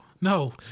No